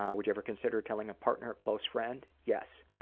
ah would you ever consider telling a partner or close friend yes.